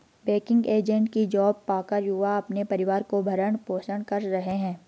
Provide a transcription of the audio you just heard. banking agent की job पाकर युवा अपने परिवार का भरण पोषण कर रहे है